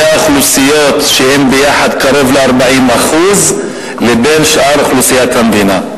האוכלוסיות שהן ביחד קרוב ל-40% לבין שאר אוכלוסיית המדינה.